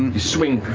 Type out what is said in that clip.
swing.